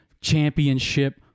Championship